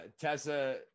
tessa